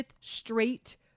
straight